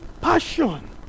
passion